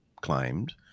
claimed